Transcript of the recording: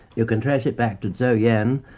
you can trace it back to zuo yan,